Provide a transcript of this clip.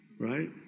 right